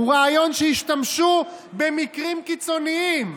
הרעיון הוא שישתמשו בו במקרים קיצוניים.